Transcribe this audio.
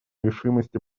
решимости